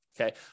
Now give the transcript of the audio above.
Okay